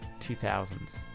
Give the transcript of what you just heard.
2000s